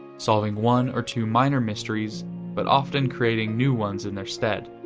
solving one or two minor mysteries but often creating new ones in their stead.